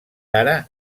ara